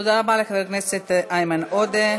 תודה רבה לחבר הכנסת איימן עודה.